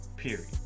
period